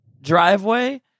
driveway